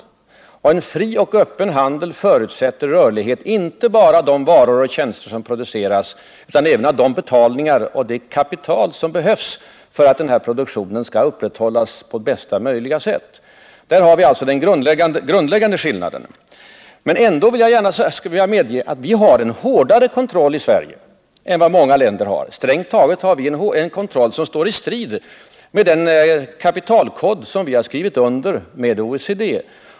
Och en fri och öppen handel förutsätter rörlighet, inte bara när det gäller de varor och tjänster som produceras utan också när det gäller de betalningar och det kapital som behövs för att denna produktion skall upprätthållas på bästa möjliga sätt. Där har vi den grundläggande skillnaden mellan oss. Jag skall gärna medge att vi i Sverige har en hårdare valutakontroll än vad många andra länder har. Vi har strängt taget en kontroll som står i strid med den kapitalkod som vi har skrivit under inom OECD.